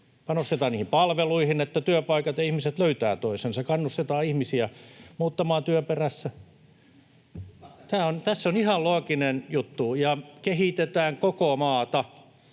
Panostetaan niihin palveluihin, jotta työpaikat ja ihmiset löytävät toisensa. Kannustetaan ihmisiä muuttamaan työn perässä. Tässä on ihan looginen juttu. Ja kehitetään koko maata,